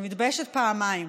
אני מתביישת פעמיים: